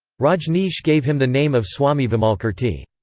rajneesh gave him the name of swami vimalkirti.